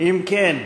אם כן,